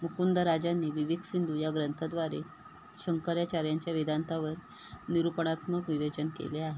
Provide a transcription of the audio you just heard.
ककुंदरा राजांनी विवेक सिंधू या ग्रंथाद्वारे शंकर्याचार्यांच्या वेदांतावर निरूपणात्मक विवेचन केले आहे